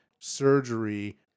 surgery